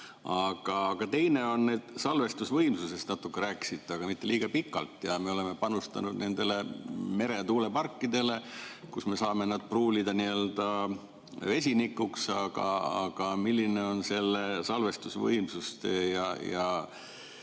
Aga teine on see, et salvestusvõimsusest te natuke rääkisite, aga mitte kuigi pikalt. Me oleme panustanud meretuuleparkidele, kus me saame need pruulida vesinikuks, aga milline on selle salvestusvõimsuse ja